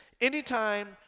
Anytime